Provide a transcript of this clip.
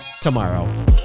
tomorrow